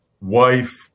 wife